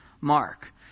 Mark